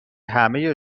همه